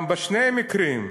גם בשני המקרים,